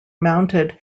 mounted